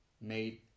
made